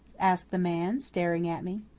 asked the man, staring at me.